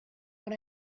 what